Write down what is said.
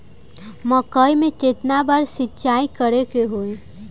मकई में केतना बार सिंचाई करे के होई?